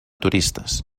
turistes